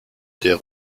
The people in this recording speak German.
der